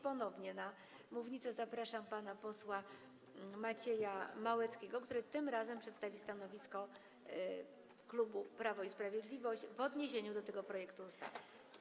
Ponownie na mównicę zapraszam pana posła Macieja Małeckiego, który tym razem przedstawi stanowisko klubu Prawo i Sprawiedliwość w odniesieniu do tego projektu ustawy.